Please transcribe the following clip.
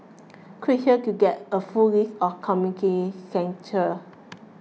click here to get a full list of community centres